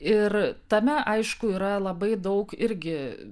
ir tame aišku yra labai daug irgi